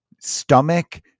stomach